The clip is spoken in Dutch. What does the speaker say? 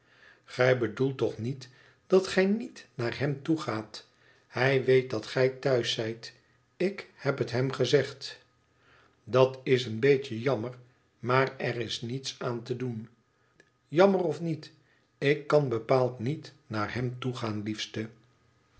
gij bedoelt toch niet dat gij niet naar hem toegaat hij weet dat gij thuis zijt ik heb het hem gezegd dat is een beetje jammer maar er is niets aan te doen jammer of niet ik kan bepaald niet naar hem toegaan liefste